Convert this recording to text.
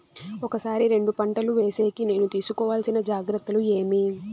ఒకే సారి రెండు పంటలు వేసేకి నేను తీసుకోవాల్సిన జాగ్రత్తలు ఏమి?